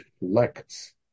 reflects